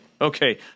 okay